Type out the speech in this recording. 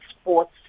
sports